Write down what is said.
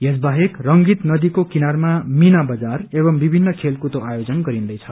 यस बाहेक रंगित नदीको किनारमा मीणा बजार एवं विभिन्न खेलकूदको आयोजन गरिन्दैछ